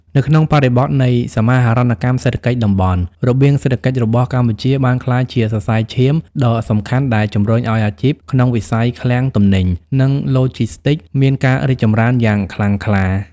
នៅក្នុងបរិបទនៃសមាហរណកម្មសេដ្ឋកិច្ចតំបន់ របៀងសេដ្ឋកិច្ចរបស់កម្ពុជាបានក្លាយជាសរសៃឈាមដ៏សំខាន់ដែលជំរុញឱ្យអាជីពក្នុងវិស័យឃ្លាំងទំនិញ និងឡូជីស្ទីកមានការរីកចម្រើនយ៉ាងខ្លាំងក្លា។